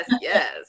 yes